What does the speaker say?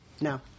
No